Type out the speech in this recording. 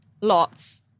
Lots